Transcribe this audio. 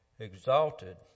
Exalted